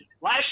last